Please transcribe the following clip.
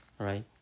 right